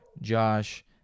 Josh